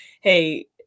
Hey